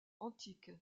antique